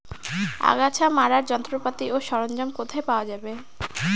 আগাছা মারার যন্ত্রপাতি ও সরঞ্জাম কোথায় পাওয়া যাবে?